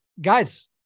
Guys